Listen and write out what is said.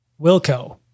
Wilco